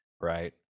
right